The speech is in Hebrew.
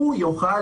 למשל,